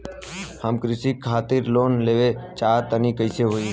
हम कृषि खातिर लोन लेवल चाहऽ तनि कइसे होई?